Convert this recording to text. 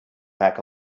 pack